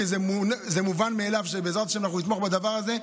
כי זה מובן מאליו שבעזרת השם נתמוך בדבר הזה.